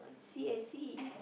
see I see